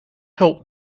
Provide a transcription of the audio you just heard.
help